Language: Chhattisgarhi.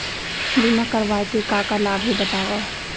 बीमा करवाय के का का लाभ हे बतावव?